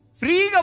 free